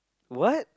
what